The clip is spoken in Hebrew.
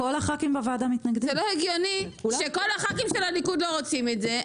זה לא הגיוני שכל הח"כים של הליכוד לא רוצים את זה,